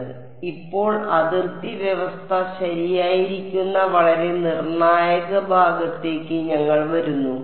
അതിനാൽ ഇപ്പോൾ അതിർത്തി വ്യവസ്ഥ ശരിയായിരിക്കുന്ന വളരെ നിർണായക ഭാഗത്തേക്ക് ഞങ്ങൾ വരുന്നു